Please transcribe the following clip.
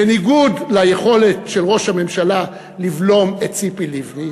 בניגוד ליכולת של ראש הממשלה לבלום את ציפי לבני.